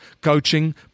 coaching